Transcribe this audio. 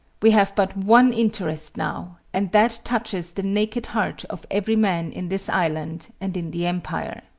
we have but one interest now, and that touches the naked heart of every man in this island and in the empire.